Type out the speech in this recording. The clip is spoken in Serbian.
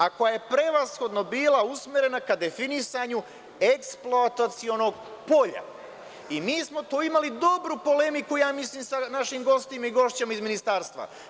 Ako je prevshodno bila usmerena ka definisanju eksploatacionog polja, i mi smo tu imali dobru polemiku, ja mislim, sa našim gostima i gošćama iz Ministarstva.